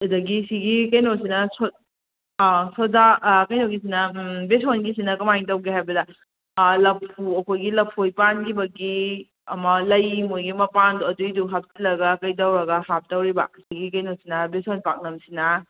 ꯑꯗꯒꯤ ꯁꯤꯒꯤ ꯀꯩꯅꯣꯁꯤꯅ ꯑꯥ ꯁꯣꯗꯥ ꯀꯩꯅꯣꯒꯤꯁꯤꯅ ꯕꯦꯁꯣꯟꯒꯤꯁꯤꯅ ꯀꯃꯥꯏ ꯇꯧꯒꯦ ꯍꯥꯏꯕꯗ ꯂꯐꯨ ꯑꯩꯈꯣꯏꯒꯤ ꯂꯐꯣꯏ ꯄꯥꯟꯈꯤꯕꯒꯤ ꯑꯃ ꯂꯩ ꯃꯣꯏꯒꯤ ꯃꯄꯥꯟꯗꯣ ꯑꯗꯨꯏꯗꯨ ꯍꯥꯞꯆꯤꯜꯂꯒ ꯀꯩꯗꯧꯔꯒ ꯍꯥꯞꯇꯧꯔꯤꯕ ꯁꯤꯒꯤ ꯀꯩꯅꯣꯁꯤꯅ ꯕꯦꯁꯣꯟ ꯄꯥꯛꯅꯝꯁꯤꯅ